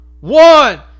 one